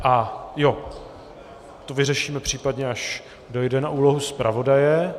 Ano, to vyřešíme případně, až dojde na úlohu zpravodaje.